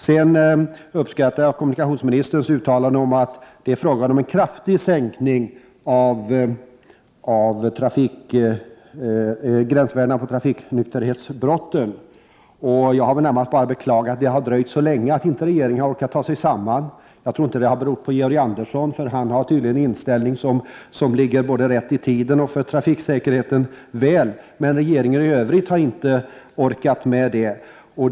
Jag uppskattar kommunikationsministerns uttalande om att förslaget kommer att innebära en kraftig sänkning av gränsvärdena för trafiknykterhetsbrotten. Jag har närmast beklagat att det dröjt så länge och att regeringen inte har orkat ta sig samman. Jag tror inte att det berott på Georg Andersson, eftersom han tydligen har en inställning som ligger rätt i tiden och bådar gott för trafiksäkerheten. Men de övriga i regeringen har inte orkat ta sig samman.